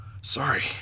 Sorry